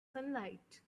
sunlight